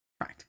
Right